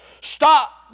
Stop